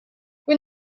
when